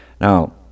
Now